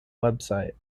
website